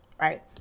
right